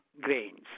grains